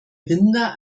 rinder